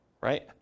Right